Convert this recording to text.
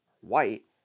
white